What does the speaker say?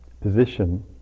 position